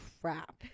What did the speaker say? crap